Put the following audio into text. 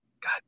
God